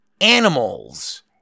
animals